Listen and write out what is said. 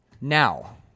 Now